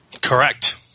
Correct